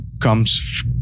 comes